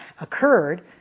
occurred